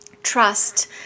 trust